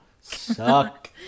Suck